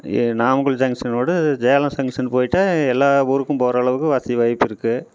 Namakkal junction வோடசேலம் junction போகிட்டு எல்லாம் ஊருக்கும் போகிற அளவுக்கு வசதி வாய்ப்பு இருக்குது